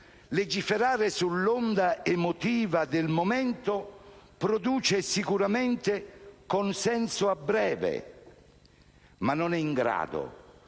legiferare sull'onda emotiva del momento produce sicuramente consenso a breve, ma non è in grado